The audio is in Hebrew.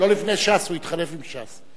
הוא התחלף עם ש"ס.